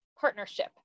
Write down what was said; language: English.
Partnership